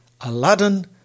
Aladdin